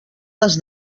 les